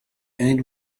and